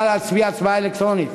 נא להצביע הצבעה אלקטרונית.